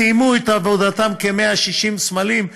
סיימו את עבודתם כ-160 סמלים.